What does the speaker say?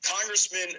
Congressman